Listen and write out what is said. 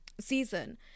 season